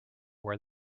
where